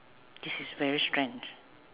this is very strange